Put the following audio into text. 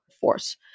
force